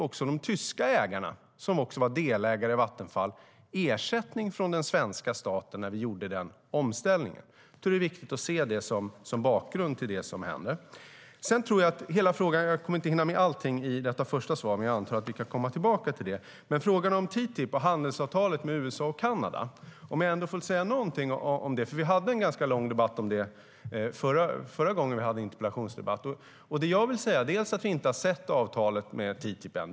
Också de tyska ägarna, som även var delägare i Vattenfall, fick ersättning från svenska staten när vi gjorde den omställningen. Jag tror att det är viktigt att se det som bakgrund till det som händer. Jag kommer inte att hinna med allting i detta anförande, men jag antar att vi kan komma tillbaka till frågan om TTIP och handelsavtalet med USA och Kanada. Vi hade en ganska lång debatt om detta förra gången vi hade interpellationsdebatter, och jag vill säga att vi inte har sett avtalet med TTIP än.